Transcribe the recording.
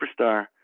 superstar